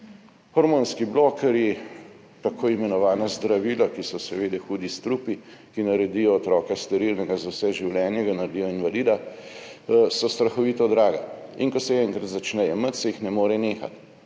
Hormonski blokerji, tako imenovana zdravila, ki so seveda hudi strupi, ki naredijo otroka sterilnega za vse življenje, ga naredijo invalida, so strahovito draga in ko se jih enkrat začne jemati, se jih ne more nehati,